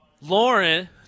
Lauren